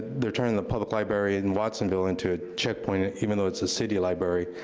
they're turning the public library in watsonville into a checkpoint, and even though it's a city library,